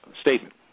statement